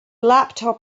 laptop